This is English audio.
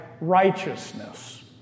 righteousness